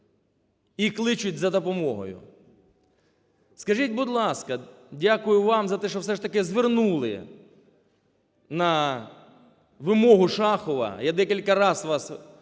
і кличуть за допомогою. Скажіть, будь ласка, дякую вам за те, що все ж таки звернули на вимогу Шахова, я декілька раз вас